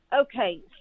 Okay